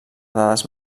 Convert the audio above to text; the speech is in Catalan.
dades